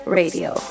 Radio